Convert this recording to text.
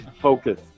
focus